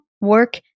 work